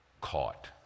caught